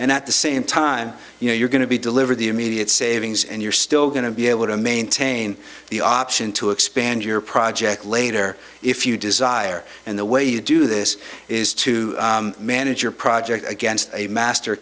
and at the same time you know you're going to be deliver the immediate savings and you're still going to be able to maintain the option to expand your project later if you desire and the way you do this is to manage your project against a master